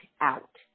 out